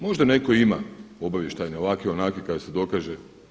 Možda netko ima obavještajni, ovakvi, onakvi, kada se dokaže.